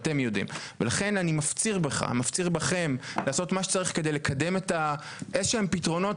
לכן אני מפציר בכם לעשות מה שצריך כדי לקדם איזה שהם פתרונות.